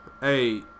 Hey